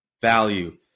value